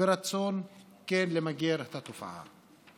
ורצון כן למגר את התופעה.